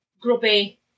grubby